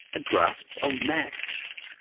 a grasp of maths!